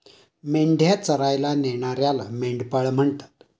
मेंढ्या चरायला नेणाऱ्याला मेंढपाळ म्हणतात